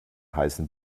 heißen